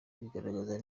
bigaragaza